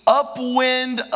upwind